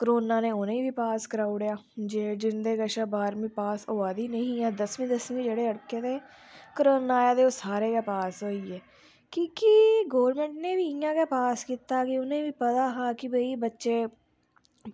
corona नै उनेंगी बी पास कराई ओड़ेआ जिंदे कशा बारहमीं पास होआ दी नेईं ही दसमीं दसमीं जेह्ड़े अड़के दे हे कोरोना आया ते ओह् सारे पास होइये की के गौरमैंट नै बी इंया पास कीता ते इनेंगी बी पता हा कि बच्चे